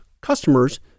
customers